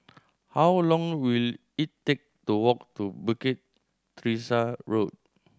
how long will it take to walk to Bukit Teresa Road